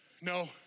No